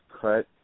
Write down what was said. cut